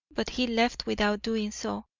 but he left without doing so,